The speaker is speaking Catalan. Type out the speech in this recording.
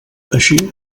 així